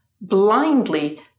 blindly